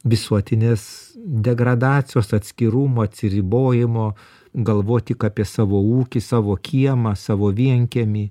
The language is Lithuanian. visuotinės degradacijos atskirumo atsiribojimo galvot tik apie savo ūkį savo kiemą savo vienkiemį